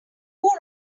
who